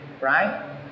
right